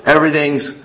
Everything's